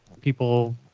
people